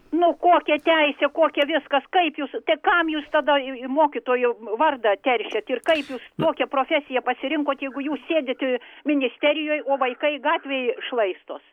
nu kokia teisė kokia viskas kaip jūsų tai kam jūs tada jūs mokytojo vardą teršiat ir kaip jūs tokią profesiją pasirinkot jeigu jūs sėdit ministerijoj o vaikai gatvėj šlaistos